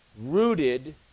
rooted